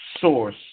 source